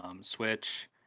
Switch